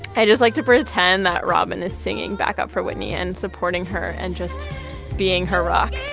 i just like to pretend that robyn is singing backup for whitney and supporting her and just being her rock